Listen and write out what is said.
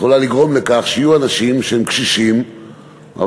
יכולה לגרום לכך שיהיו אנשים שהם קשישים אבל